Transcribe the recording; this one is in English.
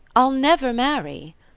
i ll never marry.